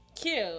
cute